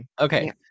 Okay